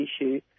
issue